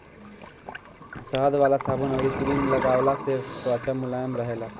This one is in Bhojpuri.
शहद वाला साबुन अउरी क्रीम लगवला से त्वचा मुलायम रहेला